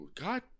God